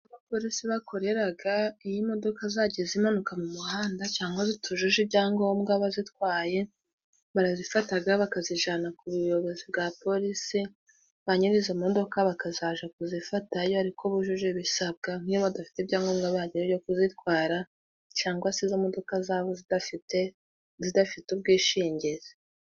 Abapolisi bakoreraga iyo imodoka zagize impanuka mu muhanda cangwa zitujuje ibyangombwa bazitwaye, barazifataga bakazijana ku buyobozi bwa polisi ba nyiri izo modoka bakazaja kuzifatayo ari uko bujuje ibisabwa, nk'iyo badafite ibyangombwa bihagije byo kuzitwara cangwa se izo modoka zaba zidafite i zidafite ubwishingizi.